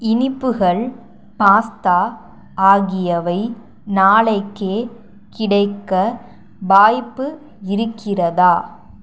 இனிப்புகள் பாஸ்தா ஆகியவை நாளைக்கே கிடைக்க வாய்ப்பு இருக்கிறதா